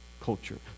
culture